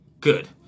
Good